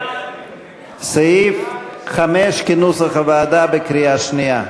סעיף 5, כנוסח הוועדה, בקריאה שנייה.